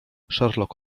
sherlock